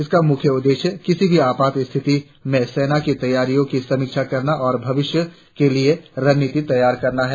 इसका मुख्य उद्देश्य किसी भी आपात स्थिति में सेना की तैयारियों की समीक्षा करना और भविष्य के लिए रणनीति तैयार करना है